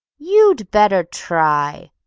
you'd better try!